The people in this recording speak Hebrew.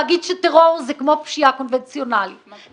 להגיד שטרור זה כמו פשיעה קונבנציונלית -- לחלוטין לא.